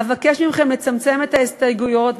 אבקש מכם לצמצם את ההסתייגויות,